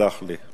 תסלח לי.